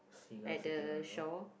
like the shore